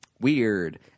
Weird